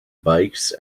bikes